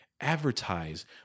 advertise